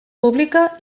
pública